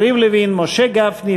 התשע"ג 2013,